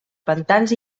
pantans